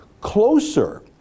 closer